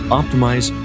optimize